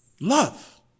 Love